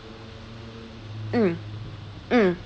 mm mm